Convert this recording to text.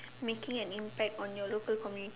making an impact on your local community